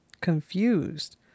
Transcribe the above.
confused